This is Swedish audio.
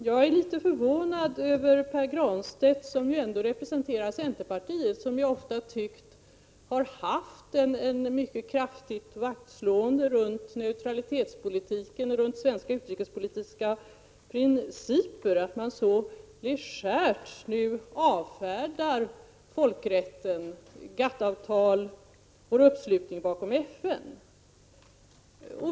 Jag är litet förvånad över att Pär Granstedt, som representerar centerpartiet, som vi tycker ofta har visat ett kraftigt vaktslående kring neutralitetspolitiken och svenska utrikespolitiska principer, så legärt avfärdar folkrätten, GATT-avtalet och vår uppslutning bakom FN.